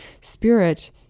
Spirit